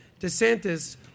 DeSantis